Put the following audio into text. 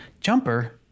jumper